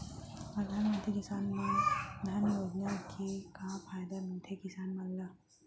परधानमंतरी किसान मन धन योजना के का का फायदा मिलथे किसान मन ला?